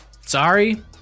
sorry